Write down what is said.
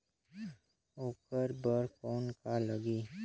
ओकर बर कौन का लगी?